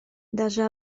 даже